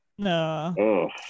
No